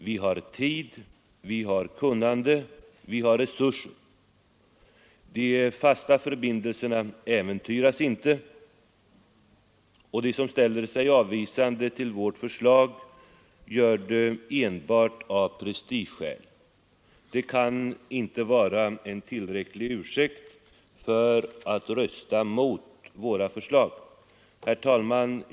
Vi har tid, vi har kunnande, vi har resurser. De fasta förbindelserna äventyras inte. De som ställer sig avvisande gentemot vårt förslag gör det enbart av prestigeskäl — men det kan inte vara en tillräcklig ursäkt för att rösta mot våra förslag. Herr talman!